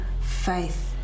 faith